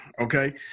Okay